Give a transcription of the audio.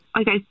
Okay